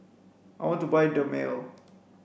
I want to buy Dermale